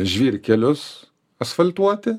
žvyrkelius asfaltuoti